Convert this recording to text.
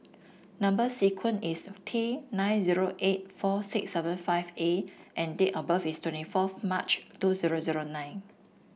number sequence is T nine zero eight four six seven five A and date of birth is twenty fourth March two zero zero nine